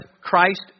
Christ